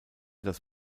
das